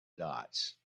dots